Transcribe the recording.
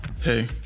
Hey